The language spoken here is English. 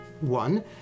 one